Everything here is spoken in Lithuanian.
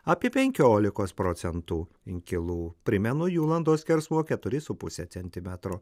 apie penkiolikos procentų inkilų primenu jų landos skersmuo keturi su puse centimetro